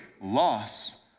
loss